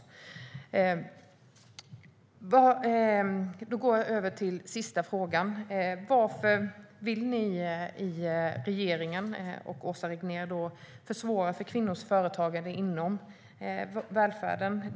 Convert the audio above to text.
Jag går över till sista frågan. Varför vill ni i regeringen och Åsa Regnér försvåra för kvinnors företagande inom välfärden?